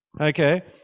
Okay